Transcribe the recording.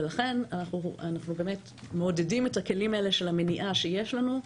ולכן אנחנו באמת מעודדים את הכלים של המניעה שיש לנו,